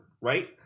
right